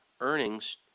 Earnings